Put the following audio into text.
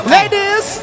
Ladies